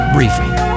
Briefing